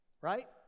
right